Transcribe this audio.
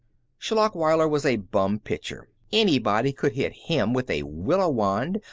schlachweiler was a bum pitcher. anybody could hit him with a willow wand,